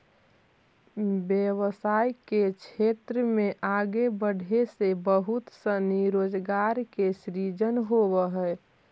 व्यवसाय के क्षेत्र में आगे बढ़े से बहुत सनी रोजगार के सृजन होवऽ हई